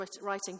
writing